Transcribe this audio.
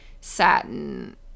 satin